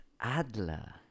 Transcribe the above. Adler